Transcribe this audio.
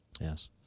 Yes